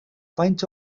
faint